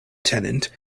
tenant